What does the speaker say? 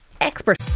expert